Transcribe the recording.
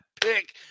pick